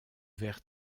vers